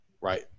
Right